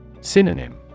Synonym